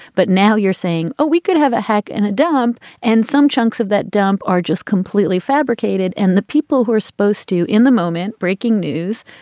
but now you're saying, oh, we can have a hack and a dump and some chunks of that dump are just completely fabricated. and the people who are supposed to in the moment breaking news,